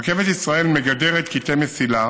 רכבת ישראל מגדרת קטעי מסילה